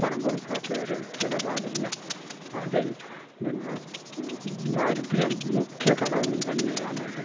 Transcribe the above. പണം കൊടുക്കാത്തെയൊരു ഇടപാടില്ല അതിൽ പിന്നെ ദാരിദ്ര്യം മുഖ്യഘടകം തന്നെയാണത്